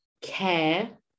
care